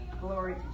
Glory